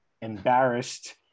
embarrassed